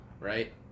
Right